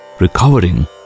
Recovering